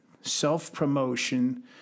self-promotion